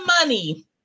money